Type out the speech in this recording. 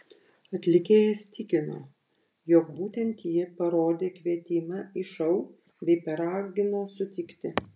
atlikėjas tikino jog būtent ji parodė kvietimą į šou bei paragino sutikti